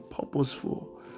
purposeful